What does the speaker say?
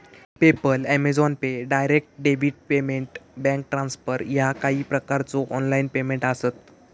PayPal, Amazon Pay, direct debit payment, bank transfer ह्या काही प्रकारचो ऑनलाइन पेमेंट आसत